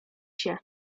się